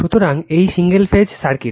সুতরাং এই single phase circuit